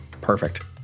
Perfect